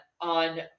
on